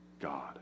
God